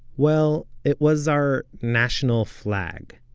well, it was, our national flag.